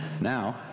now